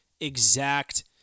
exact